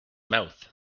mouths